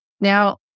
Now